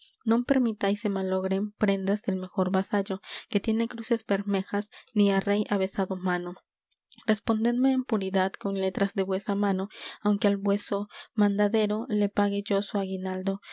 non permitáis se malogren prendas del mejor vasallo que tiene cruces bermejas ni á rey ha besado mano respondedme en puridad con letras de vuesa mano aunque al vueso mandadero le pague yo su aguinaldo